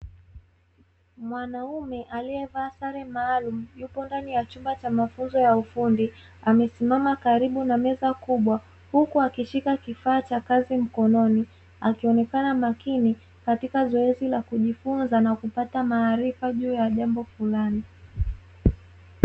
Mwanaume aliyevaa sare maalumu, yupo ndani ya chumba cha mafunzo ya ufundi. Amesimama karibu na meza kubwa huku akishika kifaa cha kazi mkononi, akionekana makini katika zoezi la kujifunza na kupata maarifa juu ya jambo fulani.